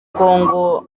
congo